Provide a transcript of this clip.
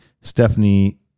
Stephanie